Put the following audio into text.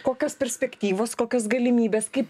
kokios perspektyvos kokios galimybės kaip